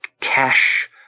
cash